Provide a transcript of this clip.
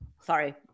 Sorry